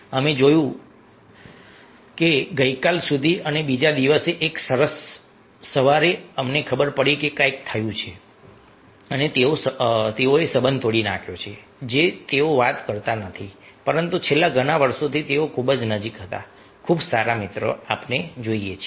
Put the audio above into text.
અમે જોયું છે કે ગઈકાલ સુધી અને બીજા દિવસે એક સરસ સવારે અમને ખબર પડી કે કંઈક થયું છે અને તેઓએ સંબંધ તોડી નાખ્યો છે જે તેઓ વાત કરતા નથી પરંતુ છેલ્લા ઘણા વર્ષોથી તેઓ ખૂબ જ નજીક હતા ખૂબ સારા મિત્રો આપણે જોઈએ છીએ